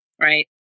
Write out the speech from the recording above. right